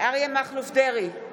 אריה מכלוף דרעי,